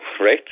right